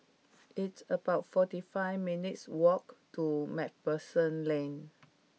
it's about forty five minutes' walk to MacPherson Lane